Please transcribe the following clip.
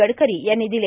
गडकरी यांनी दिले